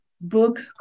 book